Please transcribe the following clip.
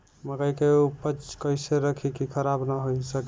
मकई के उपज कइसे रखी की खराब न हो सके?